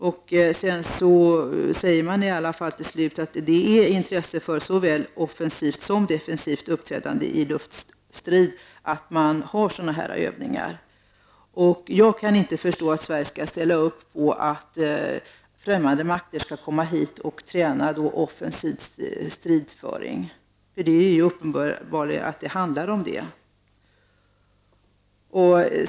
Till slut säger man i alla fall att det är av intresse för såväl offensivt som defensivt uppträdande i luftstrider att man har dessa övningar. Jag kan inte förstå att Sverige skall ställa upp på att främmande makter kommer hit och tränar offensiv stridsföring. Det är uppenbart att det handlar om det.